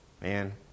Man